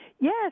Yes